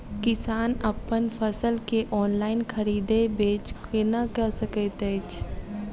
किसान अप्पन फसल केँ ऑनलाइन खरीदै बेच केना कऽ सकैत अछि?